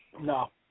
No